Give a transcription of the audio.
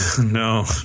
no